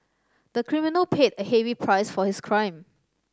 the criminal paid a heavy price for his crime